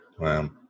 Wow